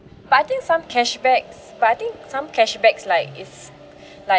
but I think some cashbacks but I think some cashbacks like is like